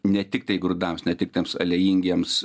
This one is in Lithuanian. ne tiktai grūdams ne tik tiems aliejingiems